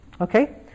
okay